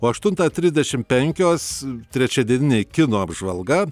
o aštuntą trisdešim penkios trečiadieninė kino apžvalga